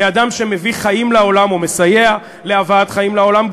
כאדם שמביא חיים לעולם ומסייע להבאת חיים לעולם,